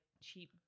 cheap